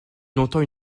longtemps